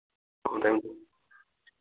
ꯊꯝꯃꯦ ꯊꯝꯃꯦ